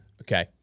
Okay